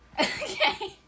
Okay